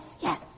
yes